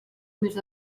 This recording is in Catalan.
més